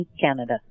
Canada